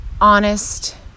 honest